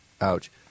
ouch